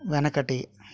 వెనకటి